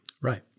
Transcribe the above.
Right